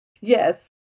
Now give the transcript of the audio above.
yes